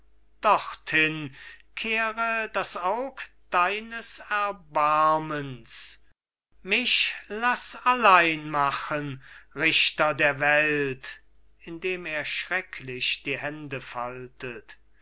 dir dorthin kehre das auge deines erbarmens mich laß allein machen richter der welt indem er schrecklich die hände faltet